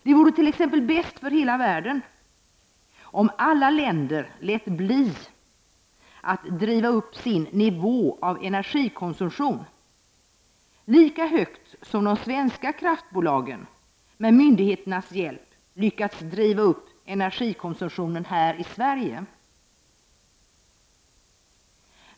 Det vore t.ex. bäst för hela världen om alla länder lät bli att driva upp sin nivå av energikonsumtion lika högt som de svenska kraftbolagen med myndigheternas hjälp lyckats driva upp energikonsumtionen i Sverige.